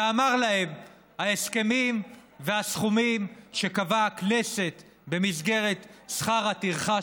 ואמר להם: ההסכמים והסכומים שקבעה הכנסת במסגרת שכר הטרחה